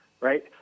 right